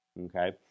Okay